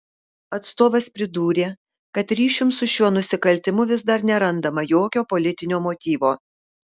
atstovas pridūrė kad ryšium su šiuo nusikaltimu vis dar nerandama jokio politinio motyvo